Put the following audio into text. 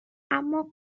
اما